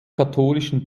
katholischen